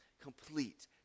complete